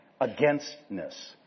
againstness